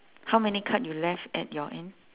how many card you left at your end